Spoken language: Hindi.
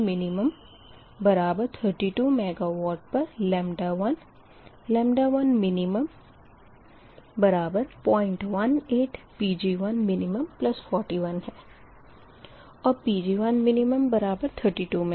Pg1 Pg1min32 MW पर 1 1min018 Pg1min41 है और Pg1min32 MW